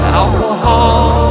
alcohol